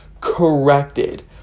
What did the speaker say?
corrected